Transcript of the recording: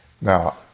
Now